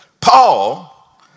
Paul